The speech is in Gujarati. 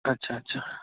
અચ્છા અચ્છા